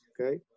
okay